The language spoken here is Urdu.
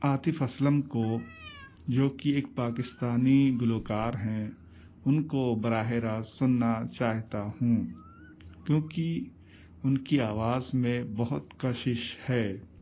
عاطف اسلم کو جو کہ ایک پاکستانی گلوکار ہیں ان کو براہِ راست سننا چاہتا ہوں کیوںکہ ان کی آواز میں بہت کشش ہے